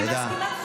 אני מסכימה.